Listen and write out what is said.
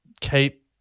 keep